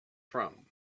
from